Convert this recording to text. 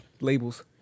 labels